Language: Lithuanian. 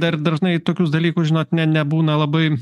dar dažnai ir tokius dalykus žinot ne nebūna labai